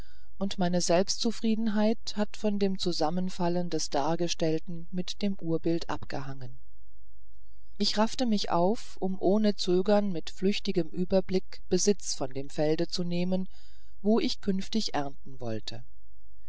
und meine selbstzufriedenheit hat von dem zusammenfallen des dargestellten mit dem urbild abgehangen ich raffte mich auf um ohne zögern mit flüchtigem überblick besitz von dem felde zu nehmen wo ich künftig ernten wollte